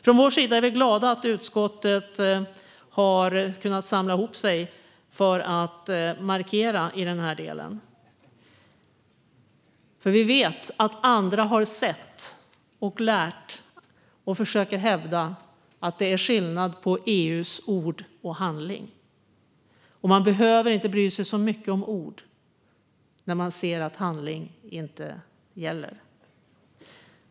Från vår sida är vi glada att utskottet har kunnat samla sig för att markera i den här delen, för vi vet att andra har sett och lärt och försöker hävda att det är skillnad på EU:s ord och EU:s handling och att man inte behöver bry sig så mycket om ord när man ser att handling inte gäller.